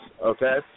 okay